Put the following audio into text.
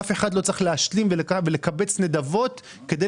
אף אחד לא צריך להשלים ולקבץ נדבות כדי